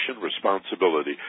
responsibility